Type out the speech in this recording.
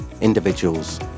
individuals